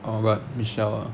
oh what michelle ah